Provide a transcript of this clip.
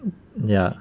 ya